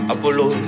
Apollo